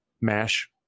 Mash